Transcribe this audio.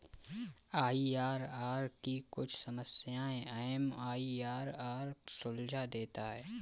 IRR की कुछ समस्याएं एम.आई.आर.आर सुलझा देता है